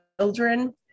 children